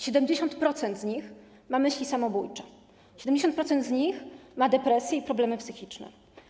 70% z nich ma myśli samobójcze, 70% ma depresję i problemy psychiczne.